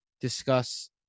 discuss